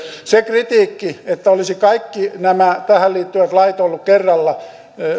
se kritiikki että olisi kaikki nämä tähän liittyvät lait kerralla